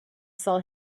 saw